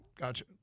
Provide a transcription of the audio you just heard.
gotcha